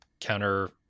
counter